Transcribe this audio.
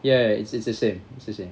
ya ya it's the sa~ it's the same